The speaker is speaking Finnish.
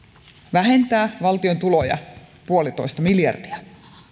vähentää valtion tuloja yksi pilkku viisi miljardia